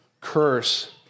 curse